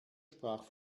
sprach